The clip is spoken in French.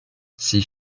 ses